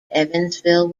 evansville